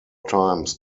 times